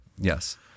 yes